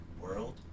world